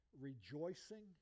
rejoicing